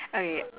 okay